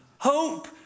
Hope